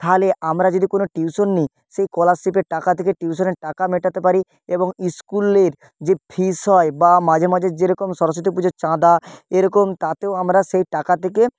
তাহলে আমরা যদি কোনও টিউশন নিই সেই স্কলারশিপের টাকা থেকে টিউশনের টাকা মেটাতে পারি এবং ইস্কুলের যে ফিজ হয় বা মাঝেমাঝে যেরকম সরস্বতী পুজোর চাঁদা এরকম তাতেও আমরা সেই টাকা থেকে